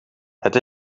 het